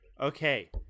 Okay